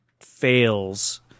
Fails